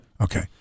Okay